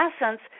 essence